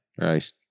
Right